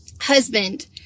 husband